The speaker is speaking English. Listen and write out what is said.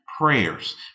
prayers